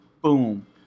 Boom